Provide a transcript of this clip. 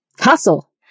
Hustle